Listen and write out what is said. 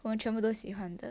我们全部都喜欢的